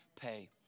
pay